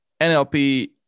NLP